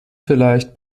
vielleicht